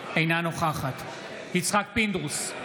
אינה נוכחת יצחק פינדרוס,